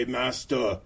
master